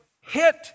hit